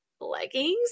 leggings